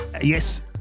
yes